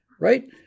right